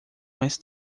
mais